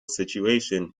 situation